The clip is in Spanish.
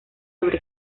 sobre